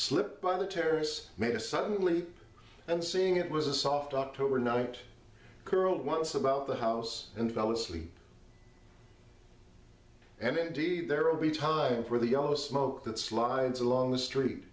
slipped by the terrace made a suddenly and seeing it was a soft october night curled once about the house and fell asleep and then d there'll be time for the yellow smoke that slides along the street